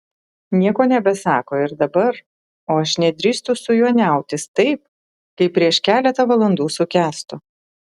nieko nebesako ir dabar o aš nedrįstu su juo niautis taip kaip prieš keletą valandų su kęstu